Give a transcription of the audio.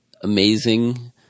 amazing